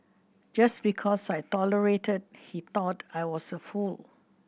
just because I tolerated he thought I was a fool